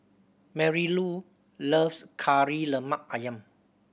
Marylou loves Kari Lemak Ayam